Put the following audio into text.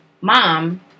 mom